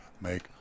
make